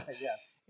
Yes